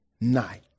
night